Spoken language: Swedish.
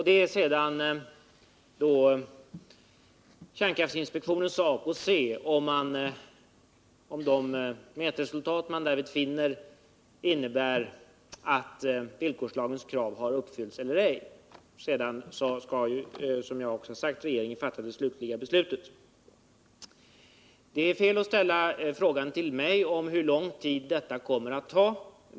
Det blir sedan kärnkraftinspektionens sak att bedöma om de resultat man därvid får innebär att villkorslagens krav har uppfyllts eller ej. Sedan skall, som jag också har sagt, regeringen fatta det Det är däremot fel att ställa frågan om hur lång tid detta kommer att ta till mig.